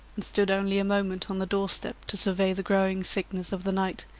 and stood only a moment on the doorstep to survey the growing thickness of the night,